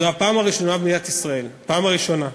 זו הפעם הראשונה במדינת ישראל, הפעם הראשונה,